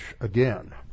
again